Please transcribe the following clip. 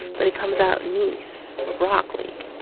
but it comes out niece or broccoli